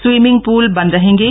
swimming pool बंद रहेंगे